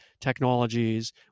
technologies